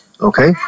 okay